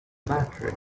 battery